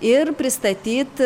ir pristatyt